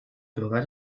bürger